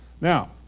Now